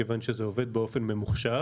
מכיוון שזה עובד באופן ממוחשב.